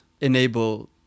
enable